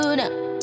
now